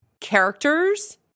characters